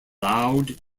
loud